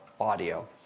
audio